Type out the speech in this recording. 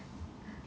ya